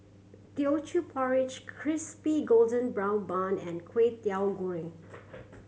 Teochew Porridge Crispy Golden Brown Bun and Kway Teow Goreng